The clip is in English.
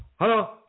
Hello